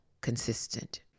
consistent